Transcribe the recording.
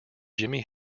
jimi